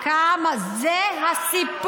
כמה נמוך אפשר לרדת?